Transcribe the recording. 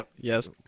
yes